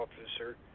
officer